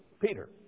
Peter